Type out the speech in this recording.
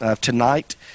tonight